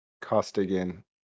costigan